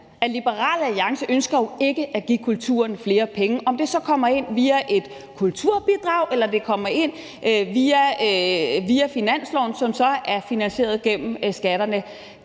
Liberal Alliance jo ikke ønsker at give kulturen flere penge – om det så kommer ind via et kulturbidrag eller det kommer ind via finansloven, som så er finansieret gennem skatterne.